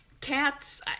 cats